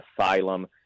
asylum